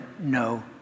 no